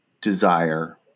desire